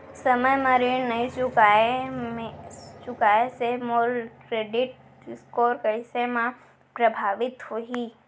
समय म ऋण नई चुकोय से मोर क्रेडिट स्कोर कइसे म प्रभावित होही?